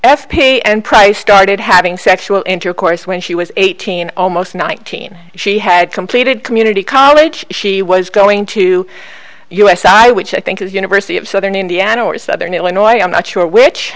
p and price started having sexual intercourse when she was eighteen almost nineteen she had completed community college she was going to us i which i think is university of southern indiana or southern illinois i'm not sure which